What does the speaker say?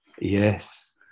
Yes